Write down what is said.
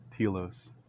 Telos